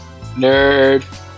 Nerd